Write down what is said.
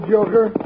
Joker